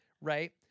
right